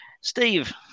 Steve